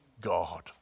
God